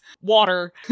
water